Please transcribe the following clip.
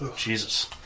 Jesus